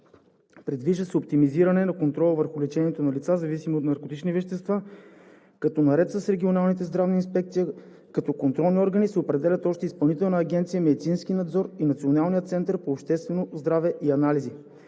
Предвижда се оптимизиране на контрола върху лечението на лица, зависими от наркотични вещества, като наред с регионалните здравни инспекция като контролни органи се определят още Изпълнителна агенция „Медицински надзор“ и Националният център по обществено здраве и анализи.